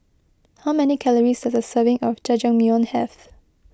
how many calories does a serving of Jajangmyeon have